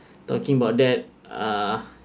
talking about that uh